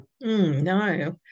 No